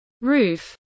roof